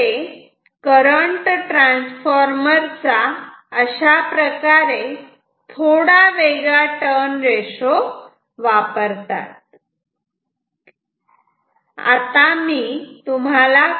निर्माते current transformer चा अशाप्रकारे थोडा वेगळा टर्न रेशो वापरतात